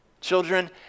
children